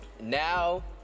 Now